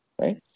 Right